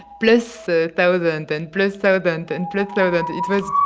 plus ah thousand and plus thousand and plus thousand. it was